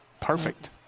Perfect